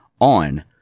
on